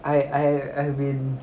I I I've been